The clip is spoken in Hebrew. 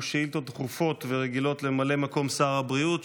שאילתות דחופות ורגילות לממלא מקום שר הבריאות,